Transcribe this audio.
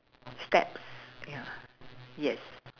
steps ya yes